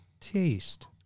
taste